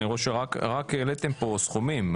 אני רואה שרק העליתם פה סכומים,